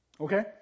okay